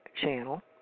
channel